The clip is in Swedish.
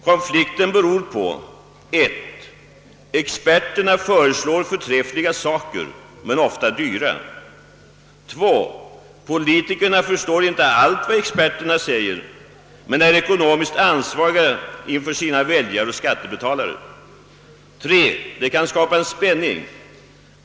Konflikten beror på: 1) Experterna föreslår förträffliga saker, men ofta dyra. 2) Politikerna förstår inte allt vad experterna säger, men är ekonomiskt ansvariga inför sina väljare och skattebetalarna. 3) Det kan skapa en spänning.